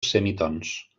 semitons